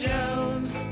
Jones